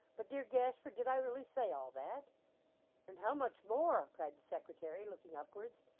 but dear gashford did i really say all that and how much more cried the secretary, looking upwards.